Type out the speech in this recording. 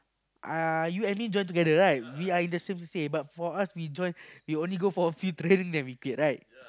uh you and me join together right we are in the same C_C_A but for us we join we only go for a few training then we quit right